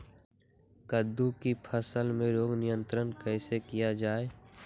कददु की फसल में रोग नियंत्रण कैसे किया जाए?